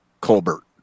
Colbert